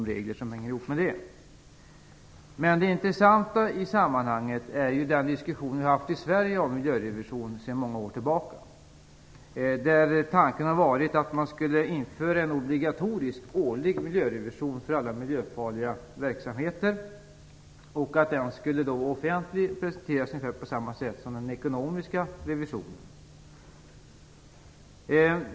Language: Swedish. Det intressanta i sammanhanget är den diskussion om miljörevision som vi har fört i Sverige sedan många år tillbaka, där tanken har varit att man skulle införa en obligatorisk, årlig miljörevision för alla miljöfarliga verksamheter och att den skulle presenteras offentligt, ungefär på samma sätt som den ekonomiska revisionen.